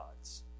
gods